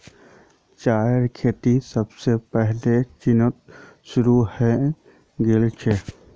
चायेर खेती सबसे पहले चीनत शुरू हल छीले